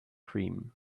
cream